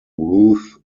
ruth